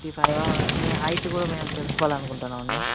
fifty ఫైవా మీ height కూడా మేం తెలుసుకోవాలనుకుంటున్నామండి